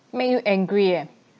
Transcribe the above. made you angry eh